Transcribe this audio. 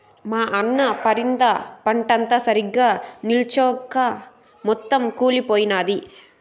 మా అన్న పరింద పంటంతా సరిగ్గా నిల్చొంచక మొత్తం కుళ్లిపోయినాది